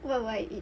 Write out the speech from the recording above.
what would I eat